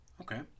Okay